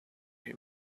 him